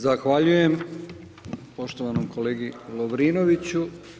Zahvaljujem, poštovanom kolegi Lovrinoviću.